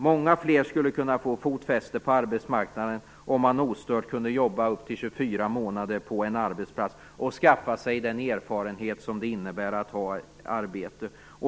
Många fler skulle kunna få fotfäste på arbetsmarknaden om man ostört kunde jobba upp till 24 månader på en arbetsplats och skaffa sig den erfarenhet som det innebär att ha ett arbete.